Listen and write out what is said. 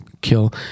kill